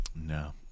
No